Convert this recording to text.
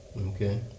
Okay